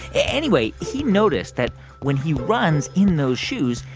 and anyway, he noticed that when he runs in those shoes,